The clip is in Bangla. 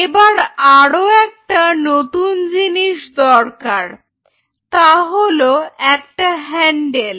এবার আরও একটা নতুন জিনিস দরকার তা হলো একটা হ্যান্ডেল